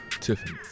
Tiffany